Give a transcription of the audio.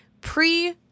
pre